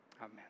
Amen